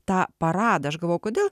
tą paradą aš galvojau kodėl